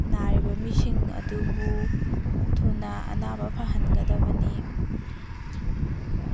ꯅꯥꯔꯤꯕ ꯃꯤꯁꯤꯡ ꯑꯗꯨꯕꯨ ꯊꯨꯅ ꯑꯅꯥꯕ ꯐꯍꯟꯒꯗꯕꯅꯤ